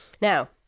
now